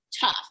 tough